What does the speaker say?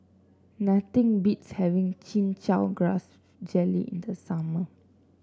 nothing beats having Chin Chow Grass Jelly in the summer